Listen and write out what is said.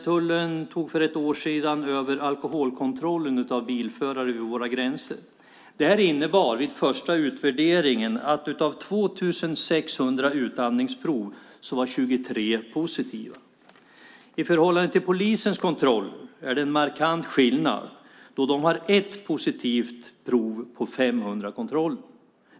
Tullen tog för ett år sedan över alkoholkontrollen av bilförare vid våra gränser. Det här innebar vid första utvärderingen att av 2 600 utandningsprov var 23 positiva. I förhållande till polisens kontroller är det en markant skillnad då de har ett positivt prov på 500 kontroller.